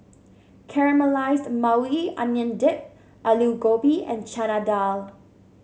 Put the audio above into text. Caramelized Maui Onion Dip Alu Gobi and Chana Dal